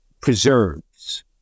preserves